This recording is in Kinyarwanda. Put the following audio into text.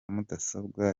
mudasobwa